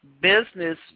business